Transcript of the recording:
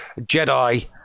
Jedi